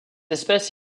espèce